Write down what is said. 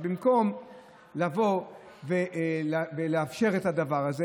במקום לבוא ולאפשר את הדבר הזה,